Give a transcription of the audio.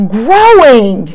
growing